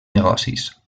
negocis